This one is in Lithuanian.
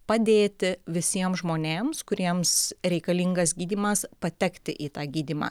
padėti visiems žmonėms kuriems reikalingas gydymas patekti į tą gydymą